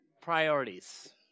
priorities